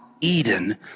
Eden